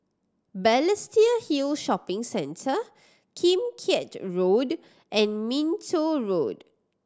Balestier Hill Shopping Centre Kim Keat Road and Minto Road